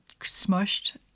smushed